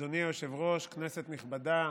אדוני היושב-ראש, כנסת נכבדה,